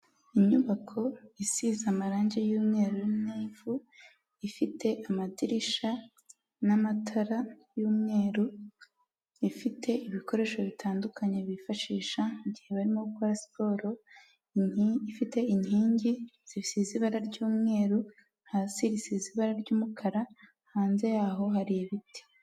Inyubako isize amarangi y'umweru n'ivu, ifite amadirisha n'amatara y'umweru, ifite ibikoresho bitandukanye bifashisha igihe barimo gukora siporo, ifite inkingi zisize ibara ry'umweru, hasi risize ibara ry'umukara, hanze yaho hari ibiti.